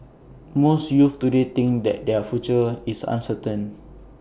most youths today think that their future is uncertain